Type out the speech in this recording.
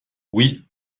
oui